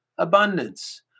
abundance